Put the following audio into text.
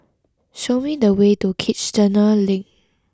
show me the way to Kiichener Link